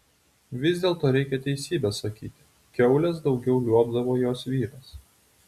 vis dėlto reikia teisybę sakyti kiaules daugiau liuobdavo jos vyras